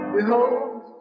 Behold